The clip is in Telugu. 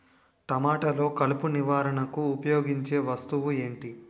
టమాటాలో కలుపు నివారణకు ఉపయోగించే వస్తువు ఏంటి?